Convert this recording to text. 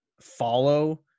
follow